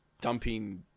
dumping